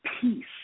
peace